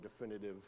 definitive